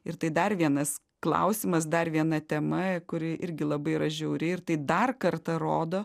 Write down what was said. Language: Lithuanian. ir tai dar vienas klausimas dar viena tema kuri irgi labai yra žiauri ir tai dar kartą rodo